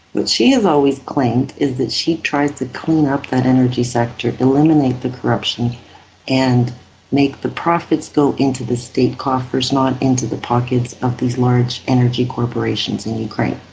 what she has always claimed is that she tried to clean up that energy sector, eliminate the corruption and make the profits go into the state coffers, not into the pockets of these large energy corporations in ukraine.